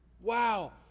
Wow